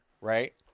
right